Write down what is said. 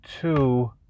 two